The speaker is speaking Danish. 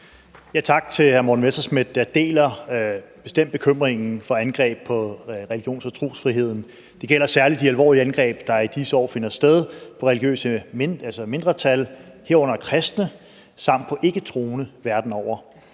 Tak til hr. Morten Messerschmidt. Jeg deler bestemt bekymringen for angreb på religions- og trosfriheden. Det gælder særlig de alvorlige angreb, der i disse år finder sted over for religiøse mindretal, herunder kristne, samt på ikketroende verden over.